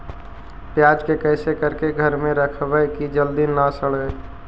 प्याज के कैसे करके घर में रखबै कि जल्दी न सड़ै?